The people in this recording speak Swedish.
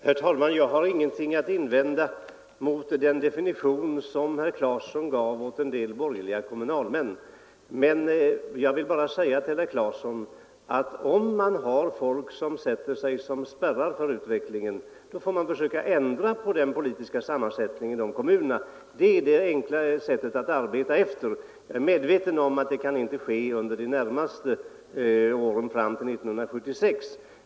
Herr talman! Jag har ingenting att invända mot den beskrivning herr Claeson gav av en del borgerliga kommunalmän. Jag vill bara säga till herr Claeson att om det finns folk i kommunerna som fungerar som spärrar för utvecklingen, så får man försöka ändra den politiska sammansättningen i de kommunerna. Det är det enkla sättet att lösa problemen på — jag är medveten om att det inte kan ske före 1976.